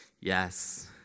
Yes